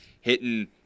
hitting